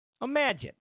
imagine